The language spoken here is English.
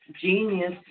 genius